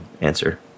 answer